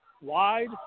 wide